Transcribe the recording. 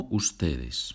ustedes